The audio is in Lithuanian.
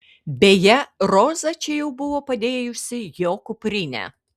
beje roza čia jau buvo padėjusi jo kuprinę